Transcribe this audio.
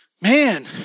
man